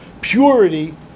purity